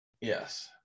Yes